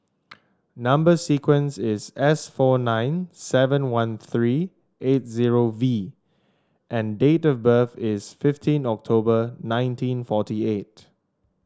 number sequence is S four nine seven one three eight zero V and date of birth is fifteen October nineteen forty eight